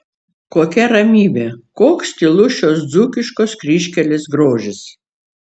kokia ramybė koks tylus šios dzūkiškos kryžkelės grožis